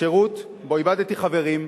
שירות שבו איבדתי חברים,